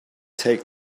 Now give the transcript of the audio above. take